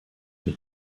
mit